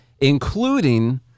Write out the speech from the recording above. including